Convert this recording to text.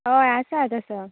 होय आसा तसो